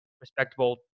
respectable